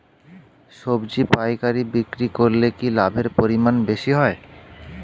সবজি পাইকারি বিক্রি করলে কি লাভের পরিমাণ বেশি হয়?